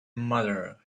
mother